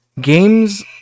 games